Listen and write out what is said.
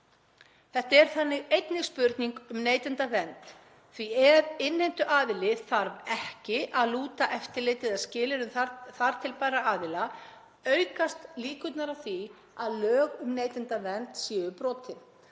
Þetta er þannig einnig spurning um neytendavernd, því ef innheimtuaðili þarf ekki að lúta eftirliti eða skilyrðum þar til bærra aðila aukast líkurnar á því að lög um neytendavernd séu brotin